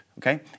Okay